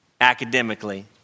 academically